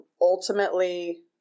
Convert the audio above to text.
ultimately